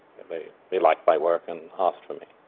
they they liked my work and asked for me.